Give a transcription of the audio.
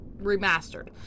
remastered